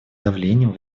давлением